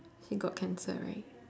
she got cancer right